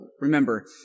remember